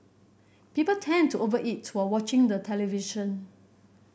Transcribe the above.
people tend to over eat while watching the television